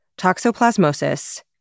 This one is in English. toxoplasmosis